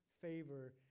favor